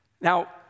Now